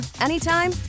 anytime